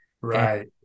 right